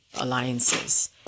alliances